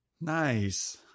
Nice